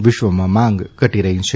વિશ્વમાં માંગ ઘટી રહી છે